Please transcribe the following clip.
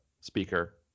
speaker